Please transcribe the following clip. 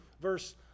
verse